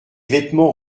vêtements